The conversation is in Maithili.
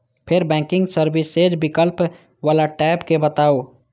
फेर बैंकिंग सर्विसेज विकल्प बला टैब कें दबाउ